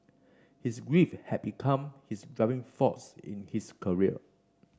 his grief had become his driving force in his career